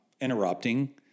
Interrupting